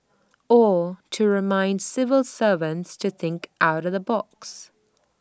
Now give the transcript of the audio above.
or to remind civil servants to think out the box